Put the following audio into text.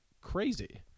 crazy